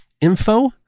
info